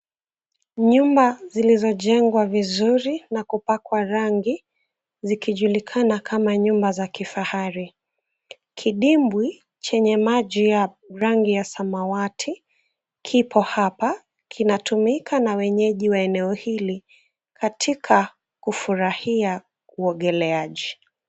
Nyumba zilizojengwa vizuri, na kupakwa rangi, zikijulikana, kama nyumba za kifahari. Kidimbwi, chenye maji ya rangi ya samawati, kipo hapa, kinatumika na wenyeji wa eneo hili, katika kufurahia, uogeleaji.